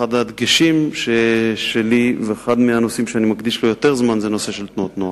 אחד מהדגשים שלי ואחד הנושאים שאני מדגיש לו יותר זמן זה תנועות נוער.